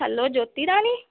hello Jyoti Rani